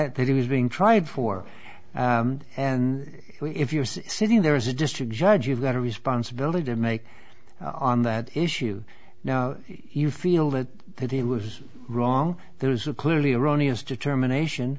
trying that he was being tried for and if you're sitting there is a district judge you've got a responsibility to make on that issue now you feel that that he was wrong there was a clearly erroneous determination